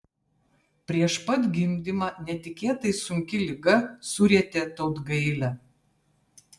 prieš pat gimdymą netikėtai sunki liga surietė tautgailę